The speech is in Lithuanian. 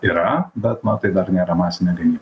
yra bet na tai dar nėra masinė gamyba